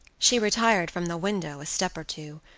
she retired from the window a step or two,